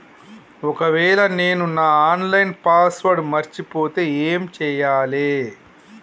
ఒకవేళ నేను నా ఆన్ లైన్ పాస్వర్డ్ మర్చిపోతే ఏం చేయాలే?